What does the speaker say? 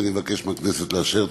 אני מבקש מהכנסת לאשר.